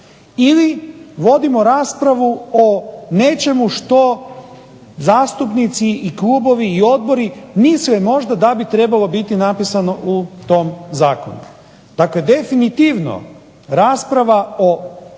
ili vodimo raspravu o nečemu što zastupnici i klubovi i odbori misle možda da bi trebalo biti napisano u tom zakonu? Dakle definitivno rasprava o